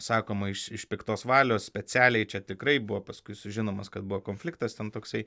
sakoma iš iš piktos valios specialiai čia tikrai buvo paskui sužinomas kad buvo konfliktas ten toksai